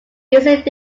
using